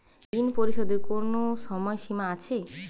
ঋণ পরিশোধের কোনো সময় সীমা আছে?